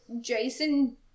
Jason